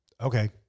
Okay